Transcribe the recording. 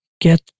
get